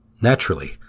Naturally